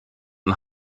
und